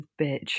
bitch